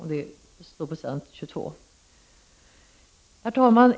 Herr talman!